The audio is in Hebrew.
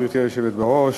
גברתי היושבת בראש,